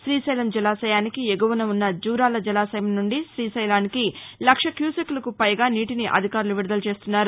శ్రీశైలం జలాశయానికి ఎగువన ఉన్న జూరాల జలాశయం నుండి శ్రీశైలంకు లక్ష క్యూసెక్కులకు పైగా నీటిని అధికారులు విడుదల చేస్తున్నారు